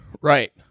Right